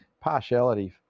Partiality